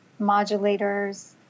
modulators